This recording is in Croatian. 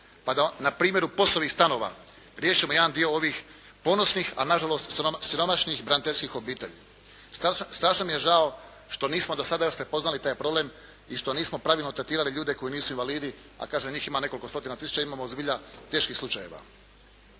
pa da na primjeru POS-ovih stanova riješimo jedan dio ovih ponosnih, a na žalost siromašnih braniteljskih obitelji. Strašno mi je žao što nismo do sada još prepoznali taj problem i što nismo pravilno tretirali ljude koji nisu invalidi, a kažem njih ima nekoliko stotina tisuća. Imamo zbilja teških slučajeva.